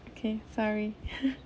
okay sorry